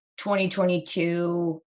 2022